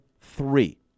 three